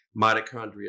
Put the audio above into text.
mitochondria